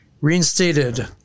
Reinstated